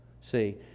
See